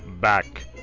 Back